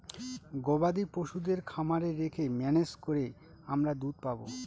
গবাদি পশুদের খামারে রেখে ম্যানেজ করে আমরা দুধ পাবো